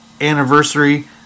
anniversary